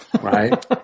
right